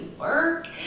work